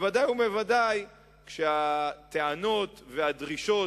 בוודאי ובוודאי כשהטענות והדרישות,